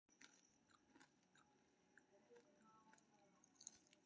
लेखा परीक्षक ई सुनिश्चित करै छै, जे कंपनी कर कानून के पालन करि रहल छै